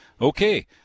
Okay